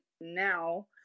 now